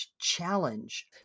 challenge